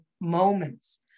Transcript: moments